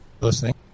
listening